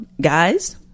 guys